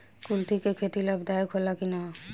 कुलथी के खेती लाभदायक होला कि न?